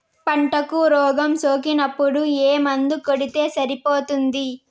పంటకు రోగం సోకినపుడు ఏ మందు కొడితే సరిపోతుంది?